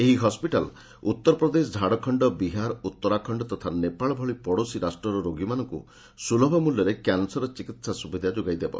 ଏହି ହସ୍ପିଟାଲ ଉତ୍ତରପ୍ରଦେଶ ଝାଡଖଣ୍ଡ ବିହାର ଉତ୍ତରାଖଣ୍ଡ ତଥା ନେପାଳ ଭଳି ପଡୋଶୀ ରାଷ୍ଟ୍ରର ରୋଗୀମାନଙ୍କୁ ସୁଲଭ ମୂଲ୍ୟରେ କ୍ୟାନସର ଚିକିତ୍ସା ସୁବିଧା ଯୋଗାଇ ଦେବ